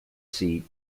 seat